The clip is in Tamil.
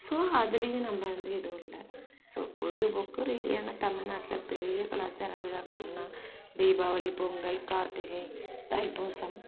ஸோ அதுலேயும் நம்ம வந்து எதுவும் இல்லை ஸோ பொழுது போக்கு ரீதியான தமிழ் நாட்டில் பெரிய கலாச்சார விழாக்கள்னா தீபாவளி பொங்கல் கார்த்திகை தை பூசம்